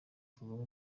kuvamo